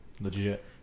Legit